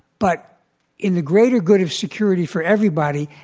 but in the greater good of security for everybody,